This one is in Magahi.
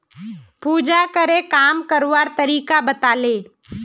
पूजाकरे काम करवार तरीका बताले